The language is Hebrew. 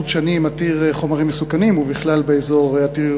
דשנים עתיר חומרים מסוכנים ובכלל באזור עתיר